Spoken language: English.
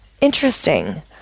interesting